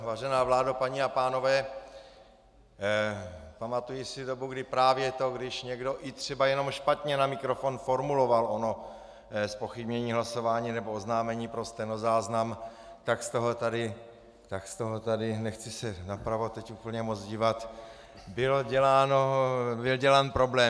Vážená vládo, paní a pánové, pamatuji si dobu, kdy právě to, když někdo i třeba jenom špatně na mikrofon formuloval ono zpochybnění hlasování nebo oznámení pro stenozáznam, tak z toho tady nechci se napravo teď úplně moc dívat byl dělán problém.